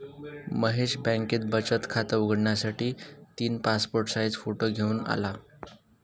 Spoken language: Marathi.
महेश बँकेत बचत खात उघडण्यासाठी तीन पासपोर्ट साइज फोटो घेऊन आला